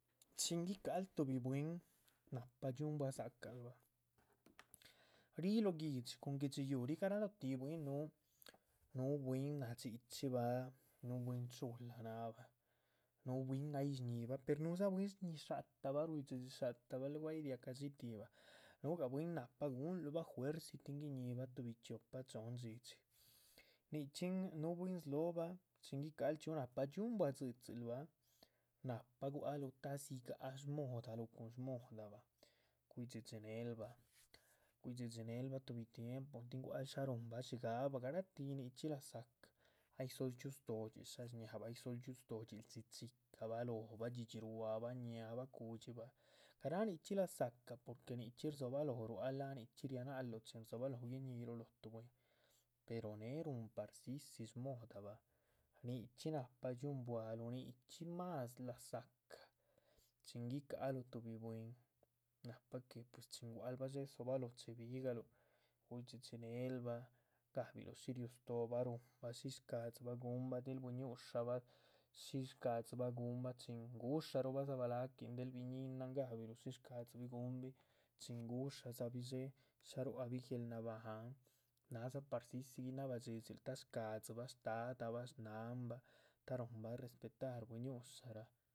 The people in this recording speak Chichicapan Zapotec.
Chin gui´cal tuhbi bwín náhpa dxiuhn bua dza´cahluh bah rih lóh guihdxi cun guihdxi yuuh rih garalotih bwín núhu, núh bwín nadxíchibah, núh bwín chula náhbah, núhu bwín ay shñihibah per nuddza bwín sñíhi shátabah ruidhxidxi sha´tabah luegu ay riacadxi tihbah, núhugah bwín nahpa guhunlubah juerzi tin guiñihbah tuhbi chiopa chohn. dhxídxi nichxín núhu bwín slóhobah guicahan chxíhu náhpa ndxíhunbua dzíc dzilubah, nahpa gua´c luh ta´dzigaha shmodaluh cun smodahabah, guidhxidxi nelbah, dhxídxi. tuhbi tiempo tin gua´luh shá ruhunbah dxíigahba tin nichxí laza´cah, ay sol dxíuh stóodxiluh shásh shñabah, ay sol dxíuh stóodxiluh dxíchicabah, lóhbah. dhxidhxi ruá bah, ñaabah cu´dxibah, garáh nichxí laza´cah porque nichxí rdzobalóho ruál láha nichxí rianalaha luh chin rdzobaloho guiñiluh lóho tuh bwín, pero néhe. rúhun parcici shmodabah, nichxí nahpa dxiunbualuh nichxí mas laza´cah chin guicahaluh tuhbi bwín nahpa que pues chin gua´lbah dxé dzobaloh che´bigaluh. guydhxidxi nel bah gabiluh shí riú stóobah, shísh shca´dzibah guhunbah del bui´ñushabah, shísh shcadzibah gúhunbah chin gu´shabah dza balahquin del biñínan. gahbiluh shís shcadzi gúhunbih chin gu´shadzabi dxé shá ruáhbi guéel nabahan nadza parcici guinabah dhxidxil ta´ shcadxibah shtádabah shnáhanbah ta´ ruhunbah respetar. lác rah bui´ñusha